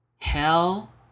Hell